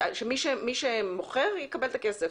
שמי שמוכר יקבל את הכסף.